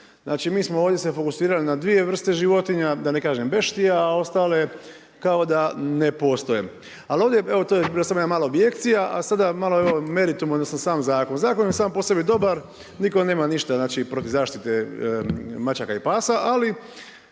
Znači mi smo ovdje se fokusirali na dvije vrste životinja, da ne kažem beštija a ostale kao da ne postoje. Ali ovdje, evo to je bila samo jedna mala objekcija, a sada malo evo meritum odnosno sam zakon. Zakon je sam po sebi dobar, nitko nema ništa znači protiv zaštite mačaka i pasa ali